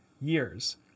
years